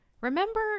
Remember